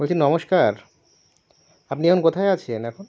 বলছি নমস্কার আপনি এখন কোথায় আছেন এখন